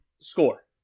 Score